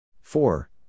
four